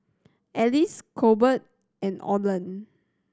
Ellis Colbert and Oland